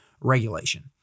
regulation